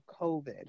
COVID